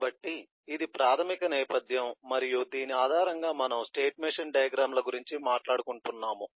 కాబట్టి ఇది ప్రాథమిక నేపథ్యం మరియు దీని ఆధారంగా మనము స్టేట్ మెషిన్ డయాగ్రమ్ ల గురించి మాట్లాడాలనుకుంటున్నాము